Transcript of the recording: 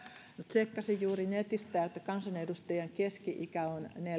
tsekkasin juuri netistä että kansanedustajien keski ikä on